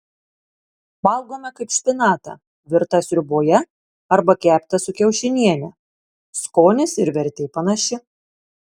valgome kaip špinatą virtą sriuboje arba keptą su kiaušiniene skonis ir vertė panaši